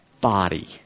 body